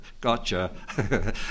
Gotcha